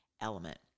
element